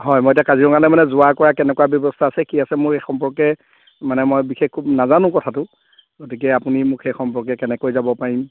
হয় মই এতিয়া কাজিৰঙালৈ মানে যোৱা কৰা কেনেকুৱা ব্যৱস্থা আছে কি আছে মোৰ এই সম্পৰ্কে মানে মই বিশেষকৈ নাজানো কথাটো গতিকে আপুনি মোক সেই সম্পৰ্কে কেনেকৈ যাব পাৰিম